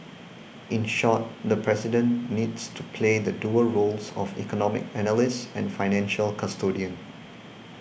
in short the President needs to play the dual roles of economic analyst and financial custodian